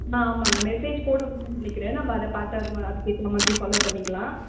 ஆ ஆமாங்க மெசேஜ் போடுவாங்கன்னு நினைக்கிறேன் நம்ம அதை பார்த்து அதுமா அதுக்கேற்ற மாதிரி ஃபாலோவ் பண்ணிக்கலாம்